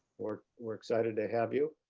we're we're excited to have you.